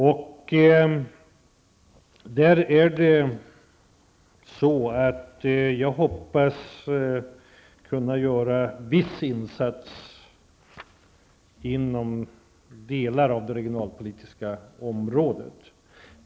Jag hoppas att jag kan göra vissa insatser inom delar av det regionalpolitiska området.